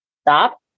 stop